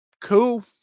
cool